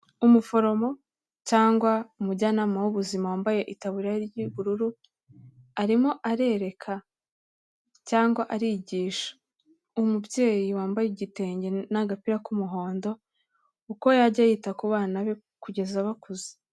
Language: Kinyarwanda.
Umuforomo cyangwa umujyanama w'ubuzima wambaye itabura ry'ubururu, arimo arereka cyangwa arigisha, umubyeyi wambaye igitenge n'agapira k'umuhondo uko yajya yita ku bana be kugeza bakuze.